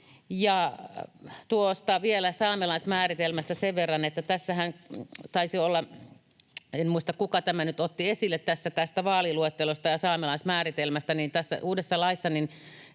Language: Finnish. näkee. Vielä saamelaismääritelmästä sen verran — en muista, kuka tämän nyt otti esille tästä vaaliluettelosta ja saamelaismääritelmästä — että tässä uudessa laissahan